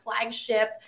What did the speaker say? flagship